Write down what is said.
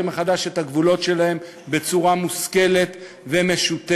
מחדש את הגבולות שלהן בצורה מושכלת ומשותפת.